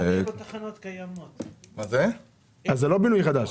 זה לא בכל מיתקן כליאה.